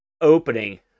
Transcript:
opening